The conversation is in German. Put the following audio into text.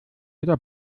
oder